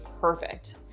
perfect